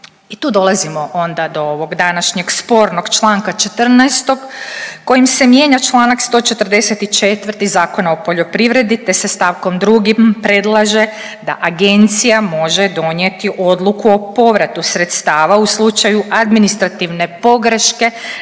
i tu dolazimo onda do ovog današnjeg spornog članka 14. kojim se mijenja članak 144. Zakona o poljoprivredi, te se stavkom 2. predlaže da agencija može donijeti odluku o povratu sredstava u slučaju administrativne pogreške